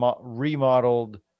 remodeled